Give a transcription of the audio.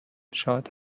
شاد